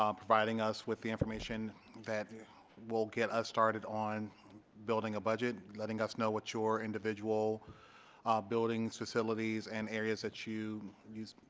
um providing us with the information that will get us started on building a budget letting us know what your individual buildings, facilities and areas that you use,